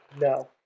no